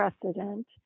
precedent